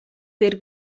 per